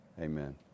Amen